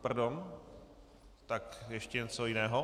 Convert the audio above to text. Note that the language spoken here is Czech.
Pardon, tak ještě něco jiného.